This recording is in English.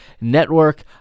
Network